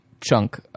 chunk